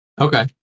Okay